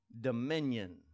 dominion